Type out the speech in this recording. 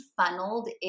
funneled